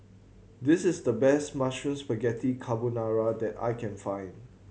this is the best Mushroom Spaghetti Carbonara that I can find